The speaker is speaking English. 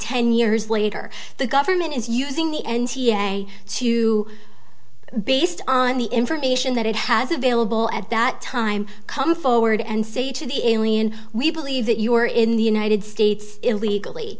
ten years later the government is using the n c a a to based on the information that it has available at that time come forward and say to the alien we believe that you are in the united states illegally